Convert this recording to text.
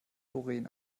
doreen